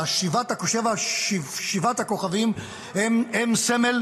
ושבעת הכוכבים הם סמל